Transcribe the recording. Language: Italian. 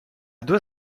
due